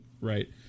right